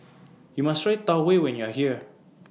YOU must Try Tau Huay when YOU Are here